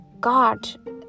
god